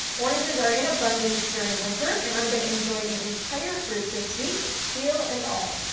oranges are in abundance during winter and i'm gonna enjoy the entire fruit this week, peel and all.